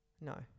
No